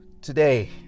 Today